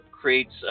creates